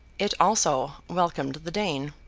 it also welcomed the dane.